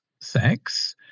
sex